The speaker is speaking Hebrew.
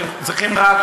צריכים רק,